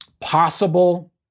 possible